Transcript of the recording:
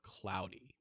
cloudy